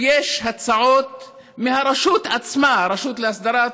ויש הצעות מהרשות עצמה, הרשות להסדרת